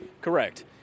Correct